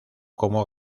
como